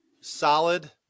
solid